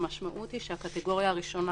המשמעות היא שהקטגוריה הראשונה